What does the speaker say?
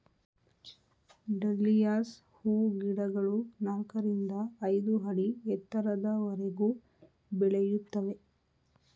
dahlias ಹೂಗಿಡಗಳು ನಾಲ್ಕರಿಂದ ಐದು ಅಡಿ ಎತ್ತರದವರೆಗೂ ಬೆಳೆಯುತ್ತವೆ